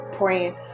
praying